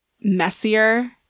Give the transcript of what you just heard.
messier